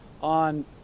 on